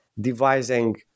devising